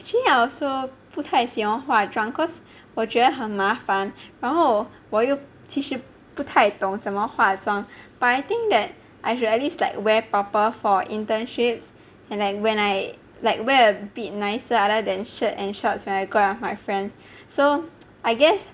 actually I also 不太喜欢化妆 cause 我觉得很麻烦然后我又其实不太懂怎么化妆 but I think that I should at least like wear proper for internships and like when I like wear a bit nicer other than shirt and shorts when I go out with my friend so I guess